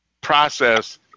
process